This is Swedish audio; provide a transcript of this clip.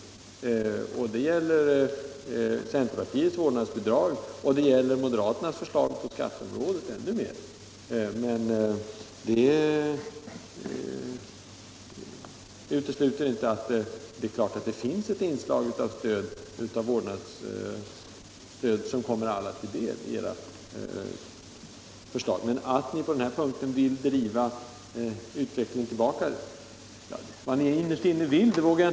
Den kritiken gäller centerpartiets förslag till vårdnadsbidrag och, ännu mer, moderaternas förslag på skatteområdet. Det utesluter inte att det i era förslag finns ett inslag av vårdnadsstöd som kommer alla till del. Men era förslag får den effekten att de vrider utvecklingen tillbaka genom att missgynna förvärvsarbete.